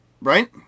right